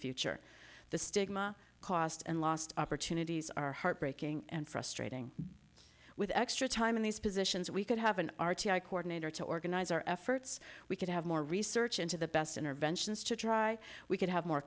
future the stigma cost and lost opportunities are heartbreaking and frustrating with extra time in these positions we could have an r t i coordinator to organize our efforts we could have more research into the best interventions to try we could have more